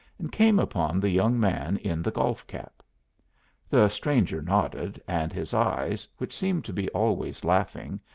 and came upon the young man in the golf-cap. the stranger nodded, and his eyes, which seemed to be always laughing,